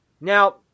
Now